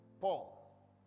Paul